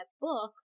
book